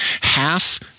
half